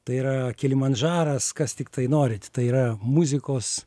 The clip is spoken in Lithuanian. tai yra kilimandžaras kas tiktai norit tai yra muzikos